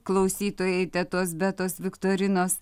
klausytojai tetos betos viktorinos